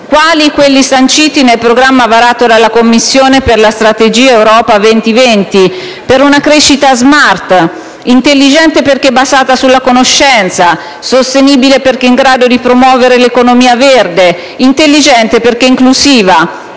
quali quelli sanciti nel programma varato dalla Commissione per la strategia Europa 2020, per una crescita *smart*, intelligente perché basata sulla conoscenza, sostenibile perché in grado di promuovere l'economia verde, intelligente perché inclusiva,